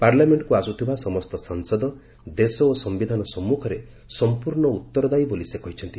ପାର୍ଲାମେଙ୍କକୁ ଆସୁଥିବା ସମସ୍ତ ସାଂସଦ ଦେଶ ଓ ସମ୍ଭିଧାନ ସମ୍ମୁଖରେ ସମ୍ପୂର୍ଣ୍ଣ ଉତ୍ତରଦାୟି ବୋଲି ପ୍ରଧାନମନ୍ତ୍ରୀ କହିଛନ୍ତି